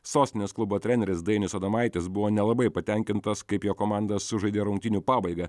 sostinės klubo treneris dainius adomaitis buvo nelabai patenkintas kaip jo komanda sužaidė rungtynių pabaigą